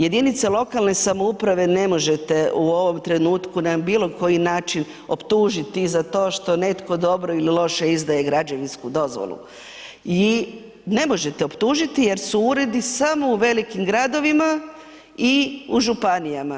Jedinice lokalne samouprave ne možete u ovome trenutku na bilo koji način optužiti za to što netko dobro ili loše izdaje građevinsku dozvolu i ne možete optužiti jer su uredi samo u velikim gradovima i u županijama.